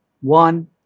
One